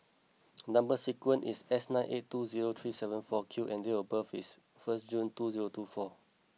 number sequence is S nine eight two zero three seven four Q and date of birth is first June two zero two four